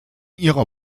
ihrer